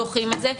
דוחים את זה.